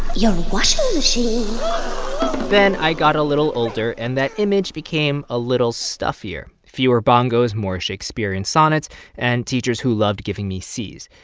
your washing machine then i got a little older, and that image became a little stuffier fewer bongos, more shakespearean sonnets and teachers who loved giving me cs.